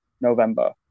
November